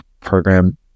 program